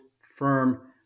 firm